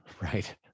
Right